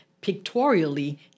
pictorially